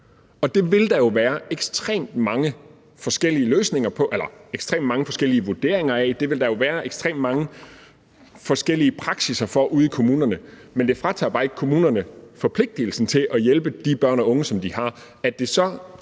Og det vil der jo være ekstremt mange forskellige vurderinger af, og det vil der jo være ekstremt mange forskellige praksisser for ude i kommunerne, men det fratager bare ikke kommunerne forpligtigelsen til at hjælpe de børn og unge, som de har. At det så